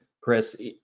Chris